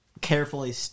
carefully